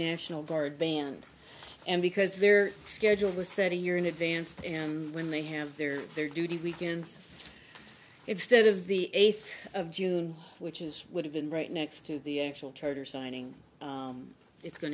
national guard band and because their schedule was set a year in advance and when they have their their duty weekends it's stead of the eighth of june which is would have been right next to the actual charter signing it's going